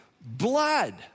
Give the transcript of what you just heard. blood